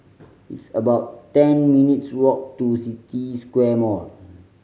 it's about ten minutes' walk to City Square Mall